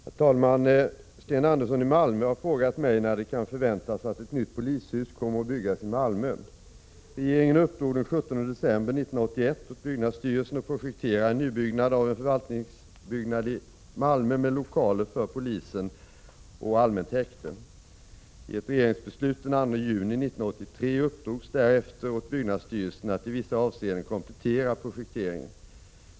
Herr talman! Sten Andersson i Malmö har frågat mig när det kan förväntas att ett nytt polishus kommer att byggas i Malmö. Regeringen uppdrog den 17 december 1981 åt byggnadsstyrelsen att projektera en nybyggnad av en förvaltningsbyggnad i Malmö med lokaler för polisen och allmänt häkte. I ett regeringsbeslut den 2 juni 1983 uppdrogs därefter åt byggnadsstyrelsen att i vissa avseenden komplettera projekteringen.